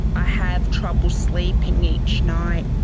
i have trouble sleeping each night.